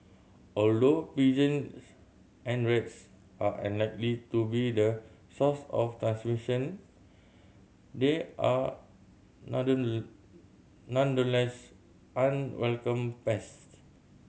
although pigeons and rats are unlikely to be the source of transmission they are nonetheless unwelcome pests